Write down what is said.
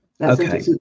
Okay